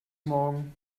morgen